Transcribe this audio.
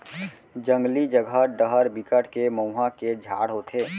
जंगली जघा डहर बिकट के मउहा के झाड़ होथे